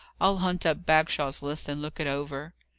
i'll hunt up bagshaw's list, and look it over.